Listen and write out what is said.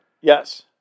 Yes